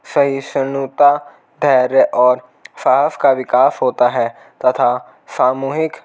सहिष्णुता धैर्य और साहस का विकास होता है तथा सामूहिक